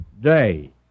day